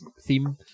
theme